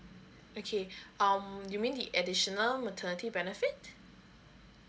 okay um you mean the additional maternity benefit